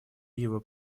его